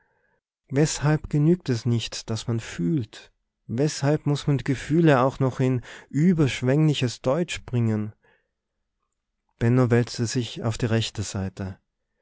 weshalb genügt es nicht daß man fühlt weshalb muß man die gefühle auch noch in überschwengliches deutsch bringen benno wälzte sich auf die rechte seite